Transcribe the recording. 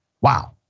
Wow